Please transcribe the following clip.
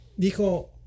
Dijo